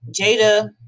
Jada